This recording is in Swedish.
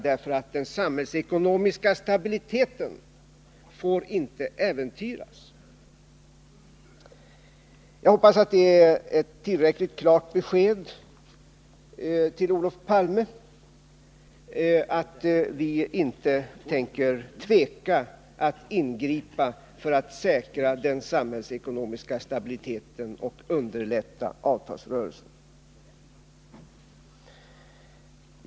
Den samhällsekonomiska stabiliteten får inte äventyras. Jag hoppas att detta är ett tillräckligt klart besked till Olof Palme. Vi tänker inte tveka att ingripa för att säkra den samhällekonomiska stabiliteten och underlätta avtalsrörelsen.